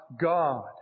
God